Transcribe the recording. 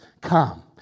come